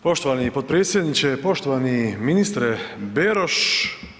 Poštovani potpredsjedniče, poštovani ministre Beroš.